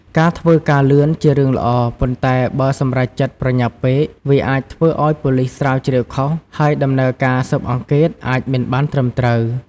ការធ្វើការលឿន ជារឿងល្អ ប៉ុន្តែបើ សម្រេចចិត្តប្រញាប់ពេក វាអាចធ្វើឲ្យ ប៉ូលិសស្រាវជ្រាវខុស ហើយ ដំណើរការស៊ើបអង្កេត អាច មិនបានត្រឹមត្រូវ។